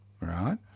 right